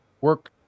work